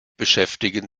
beschäftigen